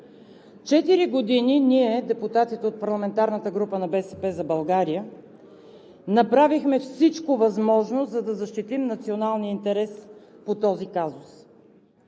Четири години ние, депутатите от парламентарната група на „БСП за България“, направихме всичко възможно, за да защитим националния интерес по този казус.